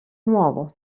nuovo